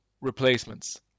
replacements